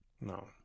No